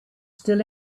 still